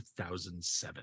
2007